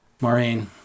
Maureen